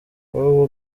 wowe